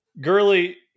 Gurley –